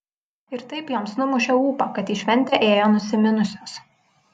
ir taip joms numušė ūpą kad į šventę ėjo nusiminusios